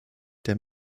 der